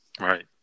Right